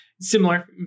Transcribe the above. Similar